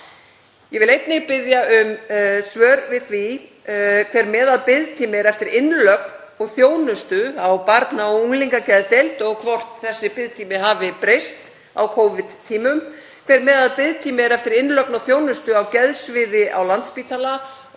Ég vil einnig biðja um svör við því hver meðalbiðtími er eftir innlögn og þjónustu á barna- og unglingageðdeild og hvort þessi biðtími hafi breyst á Covid-tímum, hver meðalbiðtími er eftir innlögn og þjónustu á geðsviði á Landspítala og